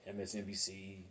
MSNBC